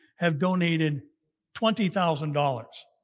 have donated twenty thousand dollars.